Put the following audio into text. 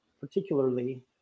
particularly